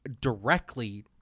directly